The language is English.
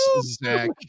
Zach